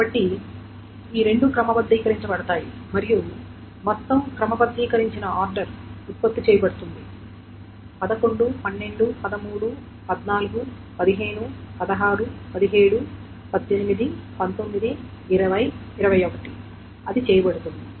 కాబట్టి ఈ రెండు క్రమబద్ధీకరించ బడతాయి మరియు మొత్తం క్రమబద్ధీకరించబడిన ఆర్డర్ ఉత్పత్తి చేయబడుతుంది 11 12 13 14 15 16 17 18 19 20 21 అది చేయబడుతోంది